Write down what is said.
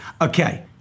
Okay